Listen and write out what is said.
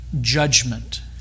judgment